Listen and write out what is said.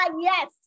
yes